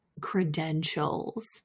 credentials